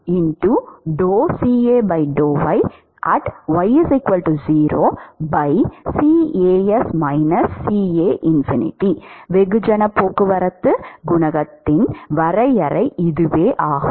எனவே வெகுஜன போக்குவரத்து குணகத்திற்கான வரையறை இதுவாகும்